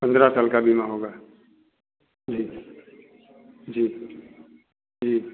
पंद्रह साल का बीमा होगा जी जी जी